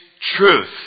truth